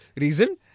Reason